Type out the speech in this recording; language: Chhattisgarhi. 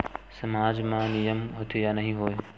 सामाज मा नियम होथे या नहीं हो वाए?